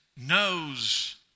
knows